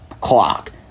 clock